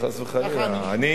חס וחלילה.